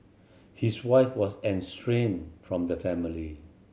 his wife was estranged from the family